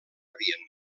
rebien